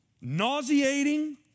nauseating